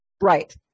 Right